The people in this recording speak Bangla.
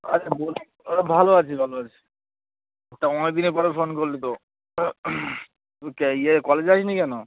আচ্ছা বলছি ভালো আছি ভালো আছি ওটা অনেক দিনের পরে ফোন করলি তো তুই কে ইয়ে কলেজ যাস নি কেন